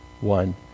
one